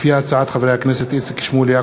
הצעת חברי הכנסת איציק שמולי,